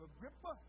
Agrippa